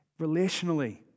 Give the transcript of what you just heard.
relationally